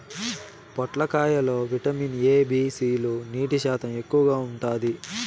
పొట్లకాయ లో vitamin A, B, C లు, నీటి శాతం ఎక్కువగా ఉంటాది